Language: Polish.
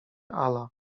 ala